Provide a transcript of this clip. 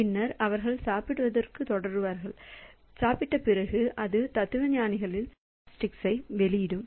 பின்னர் அவர்கள் சாப்பிடுவதற்குத் தொடருவார்கள் சாப்பிட்ட பிறகு அது தத்துவஞானியில் சாப்ஸ்டிக்ஸை வெளியிடும்